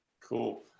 cool